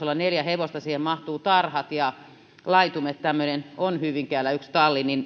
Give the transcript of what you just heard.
olla neljä hevosta siihen mahtuvat tarhat ja laitumet hyvinkäällä on tämmöinen yksi talli niin